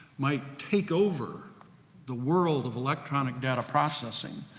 might take over the world of electronic data processing.